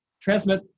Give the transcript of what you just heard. transmit